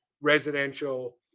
residential